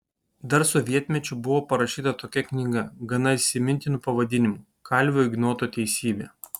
dar sovietmečiu buvo parašyta tokia knyga gana įsimintinu pavadinimu kalvio ignoto teisybė